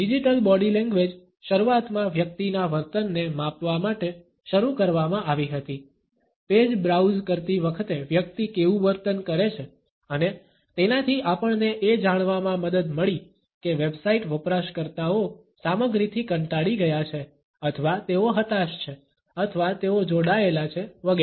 digital body language શરૂઆતમાં વ્યક્તિના વર્તનને માપવા માટે શરૂ કરવામાં આવી હતી પેજ બ્રાઉઝ કરતી વખતે વ્યક્તિ કેવું વર્તન કરે છે અને તેનાથી આપણને એ જાણવામાં મદદ મળી કે વેબસાઇટ વપરાશકર્તાઓ સામગ્રીથી કંટાળી ગયા છે અથવા તેઓ હતાશ છે અથવા તેઓ જોડાયેલા છે વગેરે